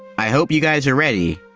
i hope you guys are ready.